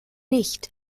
nicht